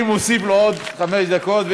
אני מוסיף לו עוד חמש דקות,